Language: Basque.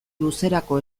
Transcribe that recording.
luzerako